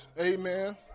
amen